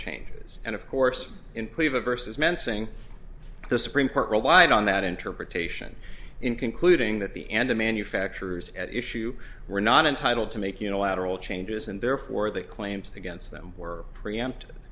changes and of course in play versus mensing the supreme court relied on that interpretation in concluding that the end the manufacturers at issue were not entitled to make unilateral changes and therefore the claims against them were preempted